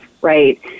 right